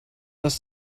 dass